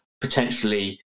potentially